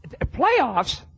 playoffs